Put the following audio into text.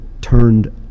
turned